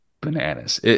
bananas